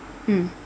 mm